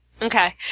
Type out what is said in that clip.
Okay